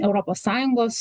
europos sąjungos